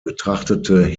betrachtete